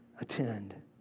Attend